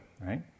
right